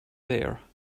there